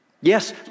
Yes